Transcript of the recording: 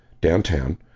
downtown